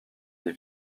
des